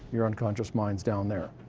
your unconscious mind's down there.